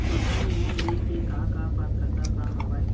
Personal loan ले के का का पात्रता का हवय?